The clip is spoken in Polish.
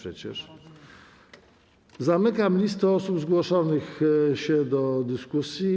Zamykam listę osób zgłoszonych do dyskusji.